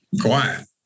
quiet